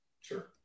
Sure